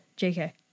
jk